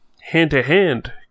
hand-to-hand